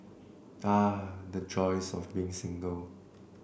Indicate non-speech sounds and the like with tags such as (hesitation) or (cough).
(hesitation) the joys of being single